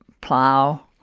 plow